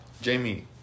Jamie